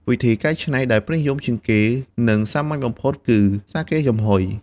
វិធីកែច្នៃដែលពេញនិយមជាងគេ និងសាមញ្ញបំផុតគឺ សាកេចំហុយ។